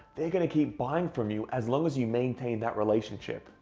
they're gonna keep buying from you as long as you maintain that relationship.